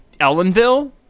Ellenville